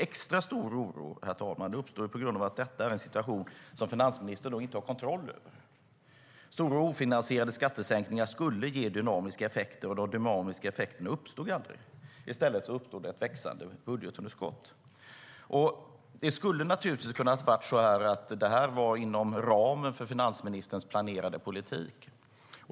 Extra stor oro uppstår ju, herr talman, på grund av att detta är en situation finansministern inte har kontroll över. Stora och ofinansierade skattesänkningar skulle ge dynamiska effekter, men de dynamiska effekterna uppstod aldrig. I stället uppstod ett växande budgetunderskott. Det skulle naturligtvis ha kunnat vara så att detta var inom ramen för finansministerns planerade politik.